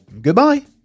Goodbye